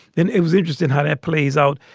and it was interesting how that plays out.